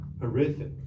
Horrific